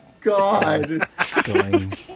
God